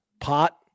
pot